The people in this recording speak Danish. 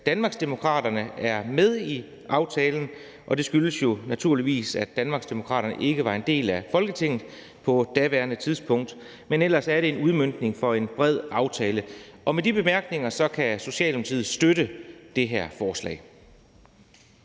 Danmarksdemokraterne er med i aftalen, og det skyldes jo naturligvis, at Danmarksdemokraterne ikke var en del af Folketinget på daværende tidspunkt, men ellers er det en udmøntning af en bred aftale. Og med de bemærkninger kan Socialdemokratiet støtte det her forslag.